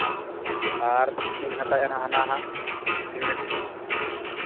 ᱟᱨ ᱛᱤᱱᱟᱹᱜ ᱵᱤᱱ ᱦᱟᱛᱟᱣ ᱮᱜ ᱦᱟᱸᱜ ᱦᱟᱱᱟ ᱦᱟᱸᱜ ᱥᱤᱢᱮᱱᱴ